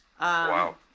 Wow